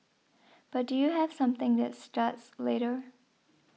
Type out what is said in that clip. but do you have something that starts later